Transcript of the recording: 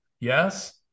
Yes